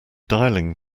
dialling